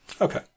Okay